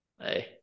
Hey